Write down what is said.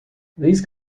these